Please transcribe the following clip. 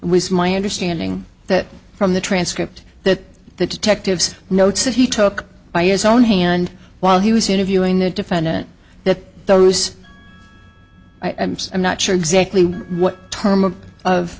was my understanding that from the transcript that the detectives notes that he took by his own hand while he was interviewing the defendant that those items i'm not sure exactly what